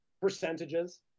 percentages